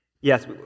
Yes